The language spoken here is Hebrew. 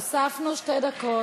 הוספנו שתי דקות.